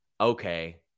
Okay